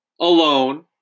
alone